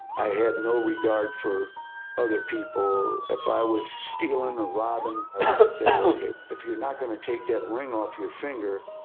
i had no regard for other people. if i was stealing or robbing, i would say, okay, if you're not going to take that ring off your finger,